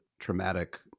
traumatic